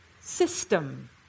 system